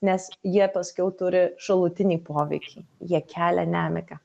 nes jie paskiau turi šalutinį poveikį jie kelia nemigą